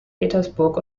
petersburg